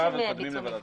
שהם ביצעו את המבחנים.